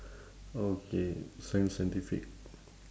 okay scien~ scientific